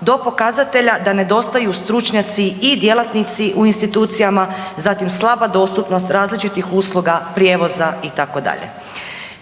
do pokazatelja da nedostaju stručnjaci i djelatnici u institucijama, zatim slaba dostupnost različitih usluga prijevoza itd.